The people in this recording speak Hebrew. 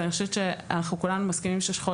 ואני חושבת שאנחנו כולנו מסכימים ששכול